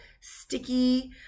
sticky